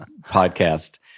podcast